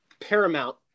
Paramount